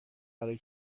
برای